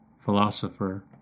philosopher